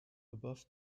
above